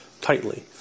tightly